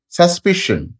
suspicion